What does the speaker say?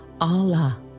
Allah